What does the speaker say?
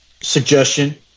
suggestion